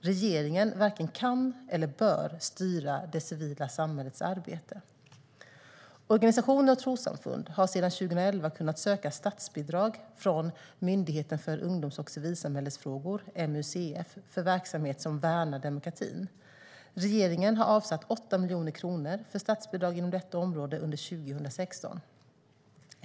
Regeringen varken kan eller bör styra det civila samhällets arbete. Organisationer och trossamfund har sedan 2011 kunnat söka statsbidrag från Myndigheten för ungdoms och civilsamhällesfrågor, MUCF, för verksamhet som värnar demokratin. Regeringen har avsatt 8 miljoner kronor för statsbidrag inom detta område under 2016.